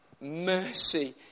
mercy